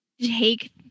take